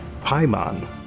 paimon